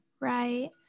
Right